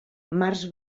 març